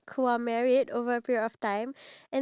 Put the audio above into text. I can't see the symbol oh